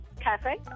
cafe